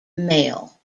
male